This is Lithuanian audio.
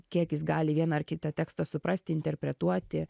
kiek jis gali vieną ar kitą tekstą suprasti interpretuoti